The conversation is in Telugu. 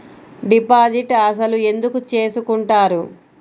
డిపాజిట్ అసలు ఎందుకు చేసుకుంటారు?